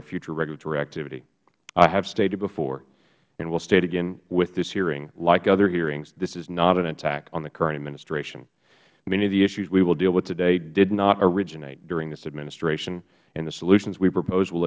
of future regulatory activity i have stated before and will state again with this hearing like other hearings this is not an attack on the current administration many of the issues we will deal with today did not originate during this administration and the solutions we propos